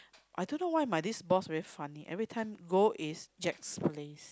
I don't know why my this boss very funny everytime go is Jack's Place